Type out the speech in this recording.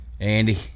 Andy